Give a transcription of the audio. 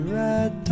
red